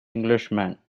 englishman